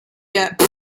yet